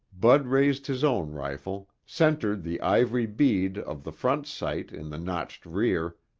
bud raised his own rifle, centered the ivory bead of the front sight in the notched rear,